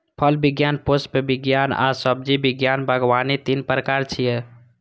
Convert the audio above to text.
फल विज्ञान, पुष्प विज्ञान आ सब्जी विज्ञान बागवानी तीन प्रकार छियै